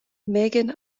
meighen